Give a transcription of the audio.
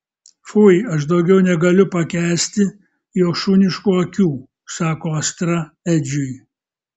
fui aš daugiau negaliu pakęsti jo šuniškų akių sako astra edžiui